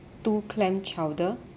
two clam chowder